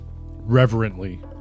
reverently